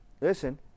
listen